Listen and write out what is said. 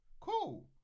cool